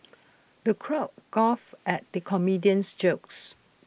the crowd guffawed at the comedian's jokes